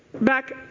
back